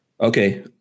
okay